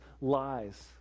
lies